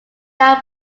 now